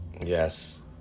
Yes